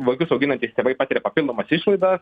vaikus auginantys tėvai patiria papildomas išlaidas